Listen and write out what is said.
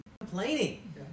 complaining